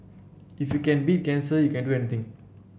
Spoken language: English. if you can beat cancer you can do anything